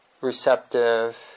receptive